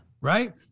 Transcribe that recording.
Right